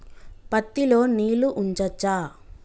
పత్తి లో నీళ్లు ఉంచచ్చా?